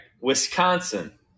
Wisconsin